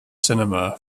cinema